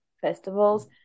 festivals